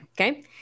okay